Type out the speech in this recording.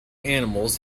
animals